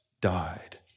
died